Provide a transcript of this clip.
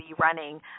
running